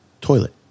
Toilet